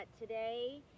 today